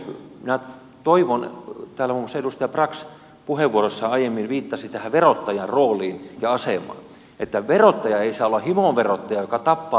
minä toivon täällä muun muassa edustaja brax puheenvuorossaan aiemmin viittasi tähän verottajan rooliin ja asemaan että verottaja ei olisi himoverottaja joka tappaa liikunnan ja urheilun